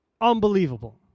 Unbelievable